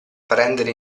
prendere